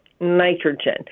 nitrogen